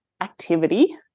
activity